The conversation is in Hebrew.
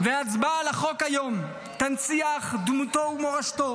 והצבעה על החוק היום תנציח את דמותו ומורשתו